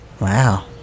Wow